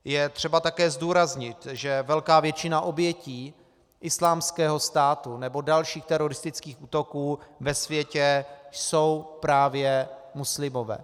Je třeba také zdůraznit, že velká většina obětí Islámského státu nebo dalších teroristických útoků ve světě jsou právě muslimové.